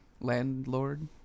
landlord